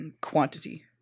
quantity